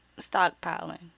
stockpiling